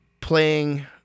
playing